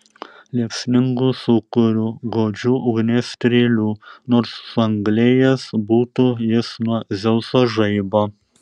liepsningu sūkuriu godžių ugnies strėlių nors suanglėjęs būtų jis nuo dzeuso žaibo